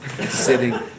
sitting